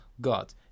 God